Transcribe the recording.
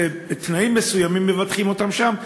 בתנאים מסוימים מבטחים אותם שם,